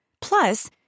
Plus